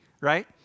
right